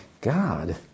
God